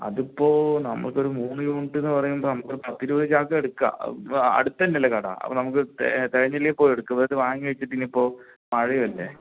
അതിപ്പോൾ നമുക്ക് ഒരു മൂന്ന് യൂണിറ്റെന്ന് പറയുമ്പോൾ നമുക്ക് ഒരു പത്ത് ഇരുപത് ചാക്ക് എടുക്കാം അപ്പോൾ അടുത്ത് തന്നെ അല്ലെ കട അപ്പോൾ നമുക്ക് തെ തികഞ്ഞില്ലേൽ പോയി എടുക്കാം വെറുതെ വാങ്ങി വെച്ചിട്ട് ഇനി ഇപ്പോൾ മഴയും അല്ലെ